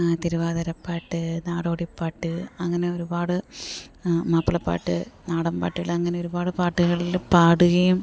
തിരുവാതിരപ്പാട്ട് നാടോടിപ്പാട്ട് അങ്ങനെ ഒരുപാട് മാപ്പിളപ്പാട്ട് നാടൻ പാട്ടുകൾ അങ്ങനൊരുപാട് പാട്ടുകളിൽ പാടുകയും